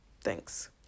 Thanks